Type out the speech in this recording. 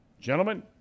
Gentlemen